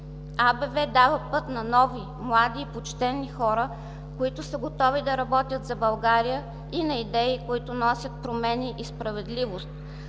АБВ дава път на нови, млади и почтени хора, които са готови да работят за България, и на идеи, които носят промени и справедливост.